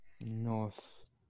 North